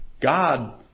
God